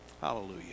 Hallelujah